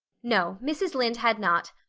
no, mrs. lynde had not.